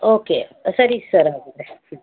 okay ಸರಿ sir ಹಾಗಿದ್ದರೆ ಹ್ಞೂ